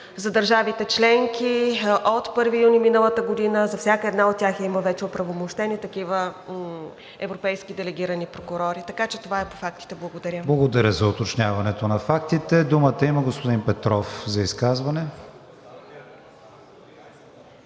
За държавите членки от 1 юни миналата година, за всяка една от тях, има вече оправомощени такива европейски делегирани прокурори. Така че това е по фактите. Благодаря. ПРЕДСЕДАТЕЛ КРИСТИАН ВИГЕНИН: Благодаря за уточняването на фактите. Думата има господин Петров за изказване.